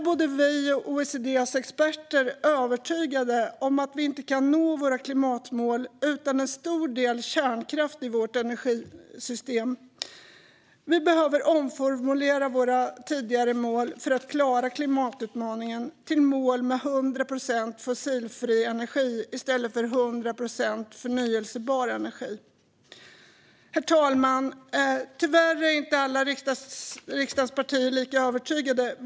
Både vi och OECD:s experter är övertygade om att vi inte kan nå våra klimatmål utan en stor del kärnkraft i vårt energisystem. För att klara klimatutmaningen behöver vi omformulera våra tidigare mål till mål med 100 procent fossilfri energi i stället för 100 procent förnybar energi. Herr talman! Tyvärr är inte alla riksdagspartier lika övertygade.